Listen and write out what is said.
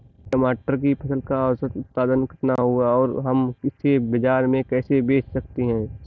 टमाटर की फसल का औसत उत्पादन कितना होगा और हम इसे बाजार में कैसे बेच सकते हैं?